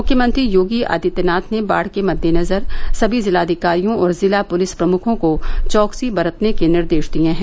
मुख्यमंत्री योगी आदित्यनाथ ने बाढ़ के मद्देनजर सभी जिलाधिकारियों और जिला पुलिस प्रमुखों को चौकसी बरतने के निर्देश दिये हैं